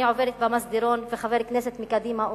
אני עוברת במסדרון וחבר כנסת מקדימה אומר: